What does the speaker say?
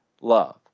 love